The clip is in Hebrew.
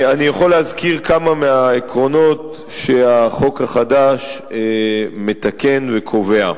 אני יכול להזכיר כמה מהעקרונות שהחוק החדש מתקן וקובע.